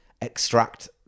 extract